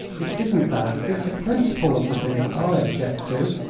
it isn't that it's the principle of the thing that i object to,